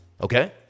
Okay